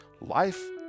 Life